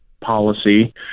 policy